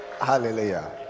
Hallelujah